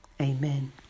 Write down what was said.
Amen